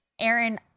Aaron